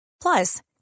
Plus